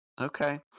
Okay